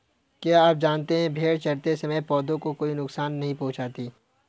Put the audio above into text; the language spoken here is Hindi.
क्या आप जानते है भेड़ चरते समय पौधों को कोई नुकसान भी नहीं पहुँचाती